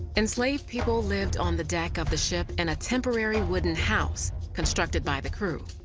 enslaved people lived on the deck of the ship in a temporary wooden house constructed by the crew.